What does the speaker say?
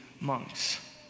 monks